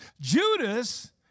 Judas